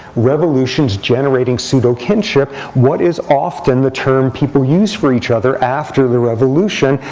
revolutions generating pseudo kinship, what is often the term people use for each other after the revolution?